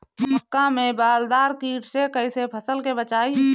मक्का में बालदार कीट से कईसे फसल के बचाई?